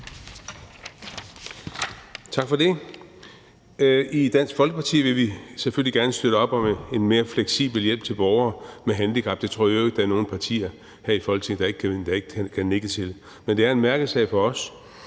Tak for det. I Dansk Folkeparti vil vi selvfølgelig gerne støtte op om en mere fleksibel hjælp til borgere med handicap; det tror jeg i øvrigt ikke der er nogen partier her i Folketinget der ikke kan nikke til. Men det er en mærkesag for os,